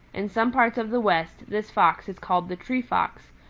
in some parts of the west this fox is called the tree fox,